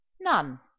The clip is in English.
None